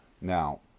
Now